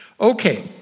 Okay